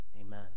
Amen